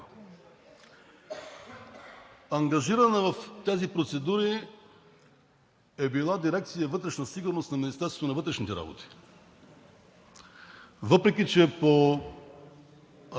Ангажирана в тези процедури е била дирекция „Вътрешна сигурност“ на Министерството на вътрешните работи, въпреки че по